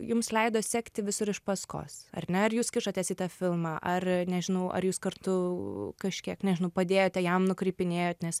jums leido sekti visur iš paskos ar ne ar jūs kišatės į tą filmą ar nežinau ar jūs kartu kažkiek nežinau padėjote jam nukreipinėjot nes